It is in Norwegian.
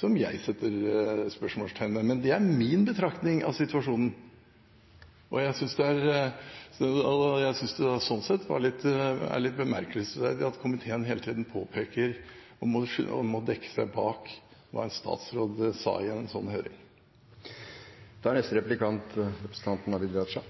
som jeg setter spørsmålstegn ved. Men det er min betraktning av situasjonen. Sånn sett synes jeg det er litt bemerkelsesverdig at komiteen hele tida påpeker og må dekke seg bak hva en statsråd sa i en sånn høring. Jeg skal ikke gjøre det så vanskelig.